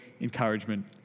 encouragement